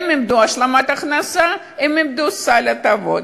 הם איבדו את השלמת ההכנסה ואיבדו את סל ההטבות.